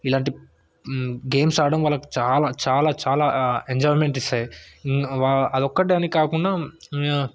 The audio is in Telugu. ఇలాంటి గేమ్స్ ఆడడం వాళ్ళకు చాలా చాలా చాలా ఎంజాయ్మెంట్ ఇస్తాయి అదొక్కటని కాకుండా